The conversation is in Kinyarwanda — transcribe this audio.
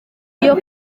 iyo